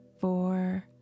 four